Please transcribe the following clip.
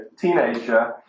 teenager